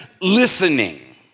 listening